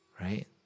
right